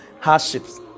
hardships